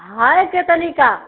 है कितनी का